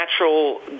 natural